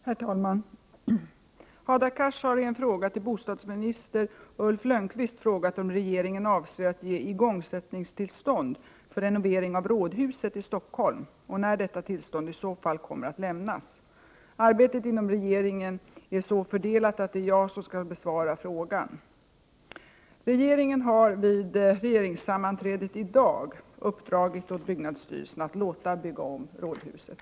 Herr talman! Hadar Cars har i en fråga till bostadsminister Ulf Lönnqvist frågat om regeringen avser att ge igångsättningstillstånd för renovering av rådhuset i Stockholm och när detta tillstånd i så fall kommer att lämnas. Arbetet inom regeringen är så fördelat att det är jag som skall besvara frågan. Regeringen har vid regeringssammanträdet i dag uppdragit åt byggnadsstyrelsen att låta bygga om rådhuset.